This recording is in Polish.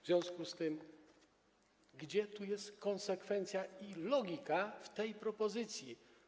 W związku z tym, gdzie tu jest konsekwencja i logika w tej propozycji?